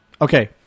okay